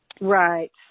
Right